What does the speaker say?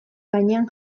gainean